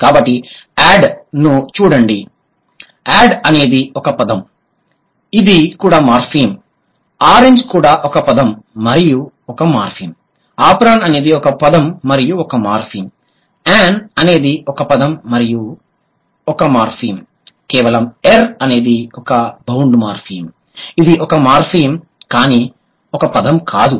కాబట్టి యాడ్ ను చూడండి యాడ్ అనేది ఒక పదం ఇది కూడా మార్ఫిమ్ ఆరెంజ్ కూడా ఒక పదం మరియు ఒక మార్ఫిమ్ ఆప్రాన్ అనేది ఒక పదం మరియు ఒక మార్ఫిమ్ ఏన్ అనేది ఒక పదం మరియు ఒక మార్ఫిమ్ కేవలం ఎర్ అనేది ఒక బౌండ్ మార్ఫిమ్ ఇది ఒక మార్ఫిమ్ కానీ ఒక పదం కాదు